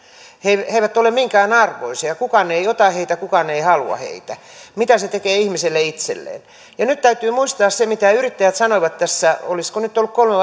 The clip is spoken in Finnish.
he he eivät ole minkään arvoisia kukaan ei ota heitä kukaan ei halua heitä mitä se tekee ihmiselle itselleen nyt täytyy muistaa se mitä yrittäjät sanoivat tässä olisiko nyt ollut kolme